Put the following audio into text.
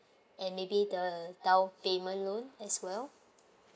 and maybe the downpayment loan as well